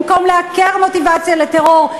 במקום לעקר מוטיבציה לטרור,